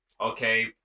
Okay